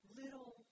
little